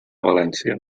valència